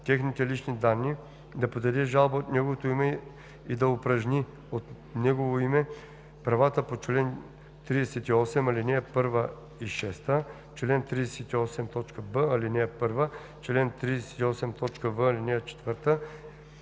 техните лични данни, да подаде жалба от негово име и да упражни от негово име правата по чл. 38, ал. 1 и 6, чл. 38б, ал. 1, чл. 38в, ал. 4